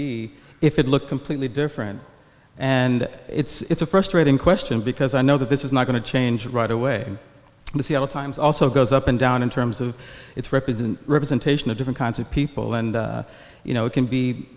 be if it looked completely different and it's a frustrating question because i know that this is not going to change right away and the seattle times also goes up and down in terms of its represent representation of different kinds of people and you know it can be